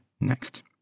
next